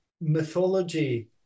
mythology